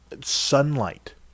sunlight